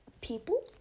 people